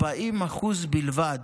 40% בלבד